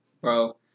Bro